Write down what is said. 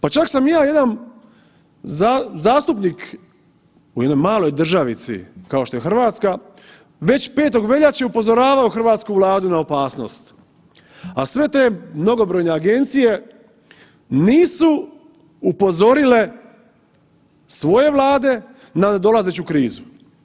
Pa čak sam i ja jedan zastupnik u jednoj maloj državici kao što je Hrvatska već 5. veljače upozoravao hrvatsku Vladu na opasnost, a sve te mnogobrojne agencije nisu upozorile svoje vlade na nadolazeću krizu.